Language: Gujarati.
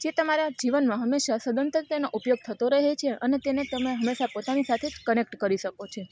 જે તમારા જીવનમાં હંમેશા સદંતર તેનો ઉપયોગ થતો રહે છે અને તેને તમે હંમેશા પોતાની સાથે જ કનેક્ટ કરી શકો છો